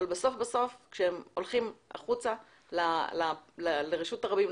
אבל בסוף בסוף כשהם הולכים החוצה לרשות הרבים,